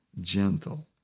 gentle